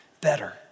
better